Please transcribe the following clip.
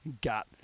gut